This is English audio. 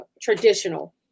traditional